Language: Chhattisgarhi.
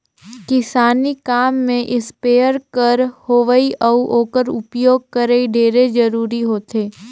किसानी काम में इस्पेयर कर होवई अउ ओकर उपियोग करई ढेरे जरूरी होथे